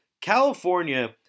California